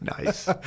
Nice